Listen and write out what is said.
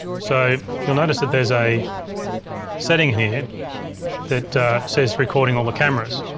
so you'll notice that there's a setting here that says recording all the cameras.